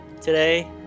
today